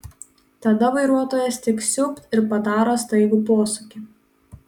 tada vairuotojas tik siūbt ir padaro staigų posūkį